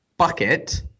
Bucket